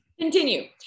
Continue